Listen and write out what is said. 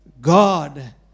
God